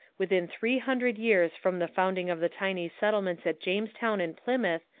within three hundred years from the founding of the tiny settlements at jamestown and plymouth,